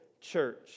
church